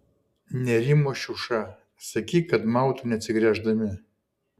nerimo šiuša sakyk kad mautų neatsigręždami